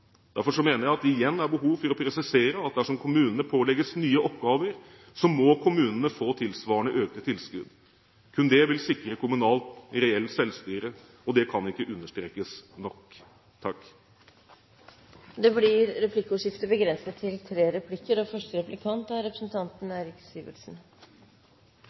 Derfor mener jeg det igjen er behov for å presisere at dersom kommunene pålegges nye oppgaver, må kommunene få tilsvarende økte tilskudd. Kun det vil sikre kommunalt reelt selvstyre – det kan ikke understrekes nok. Det blir replikkordskifte.